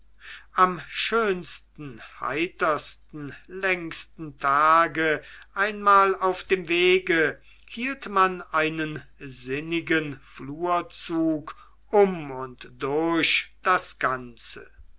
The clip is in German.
am schönsten heitersten längsten tage einmal auf dem wege hielt man einen sinnigen flurzug um und durch das ganze